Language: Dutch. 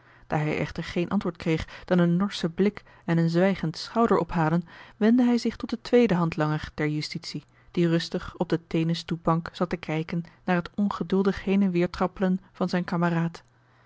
daar hij echter geen antwoord kreeg dan een norschen blik en een zwijgend schouderophalen wendde hij zich tot den tweeden handlanger der justitie die rustig op de steenen stoepbank zat te kijken naar het ongeduldig heen en weêr trappelen van zijn kameraad